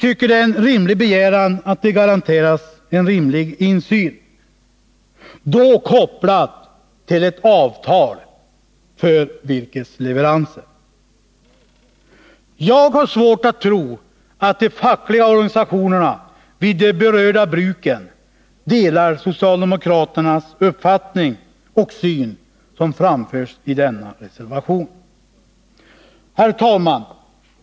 Det är en rimlig begäran att de garanteras en rimlig insyn, kopplad till avtal för virkesleveranser. Jag har svårt att tro att de fackliga organisationerna vid de berörda bruken delar socialdemokraternas uppfattning och syn, som framförs i denna reservation. Herr talman!